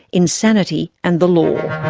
insanity and the law.